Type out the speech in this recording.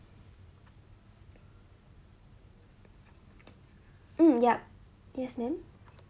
mm yup yes madam